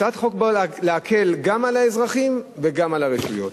הצעת החוק באה להקל גם על האזרחים וגם על הרשויות.